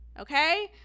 okay